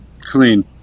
clean